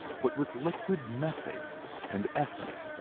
but with liquid methane and ethane,